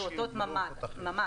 הפעוטות ממש,